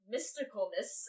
mysticalness